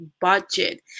budget